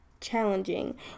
challenging